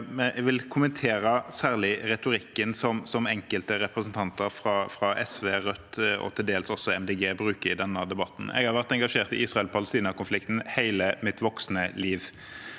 Jeg vil kommentere retorikken som særlig enkelte representanter fra SV, Rødt og til dels også Miljøpartiet De Grønne bruker i denne debatten. Jeg har vært engasjert i Israel-Palestina-konflikten hele mitt voksne liv,